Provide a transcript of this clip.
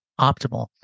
optimal